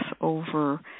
over